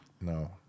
No